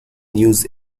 news